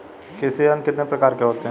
कृषि यंत्र कितने प्रकार के होते हैं?